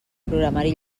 programari